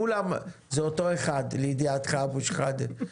כולם זה אותו אחד, לידיעתך, אבו-שחאדה.